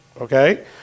okay